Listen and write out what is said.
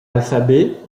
alphabet